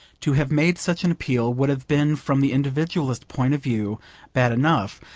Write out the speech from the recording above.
to have made such an appeal would have been from the individualist point of view bad enough,